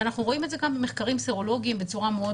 אנחנו רואים את זה גם במחקרים סרולוגיים בצורה מאוד